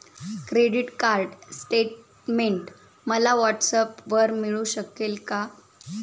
Credit card statement मला व्हॉट्सऍपवर मिळू शकेल का?